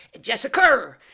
Jessica